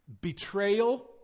betrayal